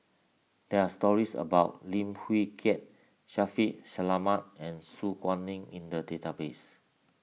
there are stories about Lim Wee Kiak Shaffiq Selamat and Su Guaning in the database